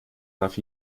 darf